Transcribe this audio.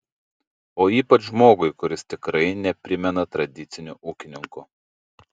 o ypač žmogui kuris tikrai neprimena tradicinio ūkininko